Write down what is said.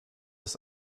ist